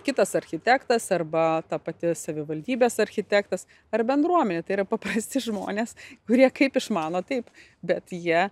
kitas architektas arba ta pati savivaldybės architektas ar bendruomenė tai yra paprasti žmonės kurie kaip išmano taip bet jie